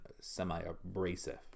semi-abrasive